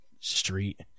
Street